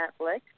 Netflix